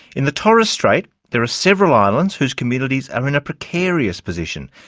in the torres strait there are several islands whose communities are in a precarious position.